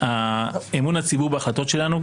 לנו שאמון הציבור בהחלטות שלנו,